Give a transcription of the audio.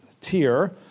tier